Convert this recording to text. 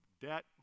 debt